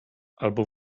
albo